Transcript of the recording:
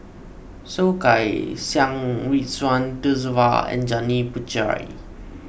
Soh Kay Siang Ridzwan Dzafir and Janil Puthucheary